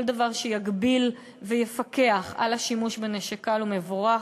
כל דבר שיגביל ויפקח על השימוש בנשק קל הוא מבורך.